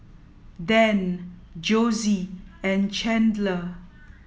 Dann Josie and Chandler